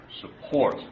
support